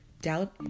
doubt